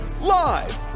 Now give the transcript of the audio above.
live